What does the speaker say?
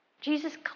Jesus